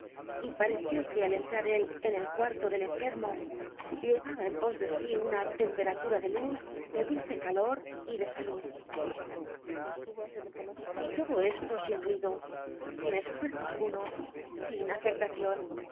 y pareció que al enttar él en el cuarto del enfctmo llevaba en pos de si una temperatura de luz de dulce calor y ele salud y todo esto sin ru ido sin csfuetzo alguno sin afectacion